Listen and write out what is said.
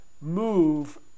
move